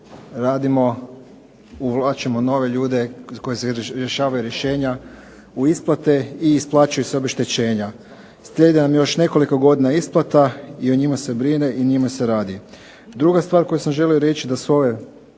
uvlačimo nove ljude koji rješavaju rješenja u isplate i isplaćuju se obeštećenja. Slijedi nam još nekoliko godina isplata i o njima se brine i njima se radi. Druga stvar koju sam želio reći da s ove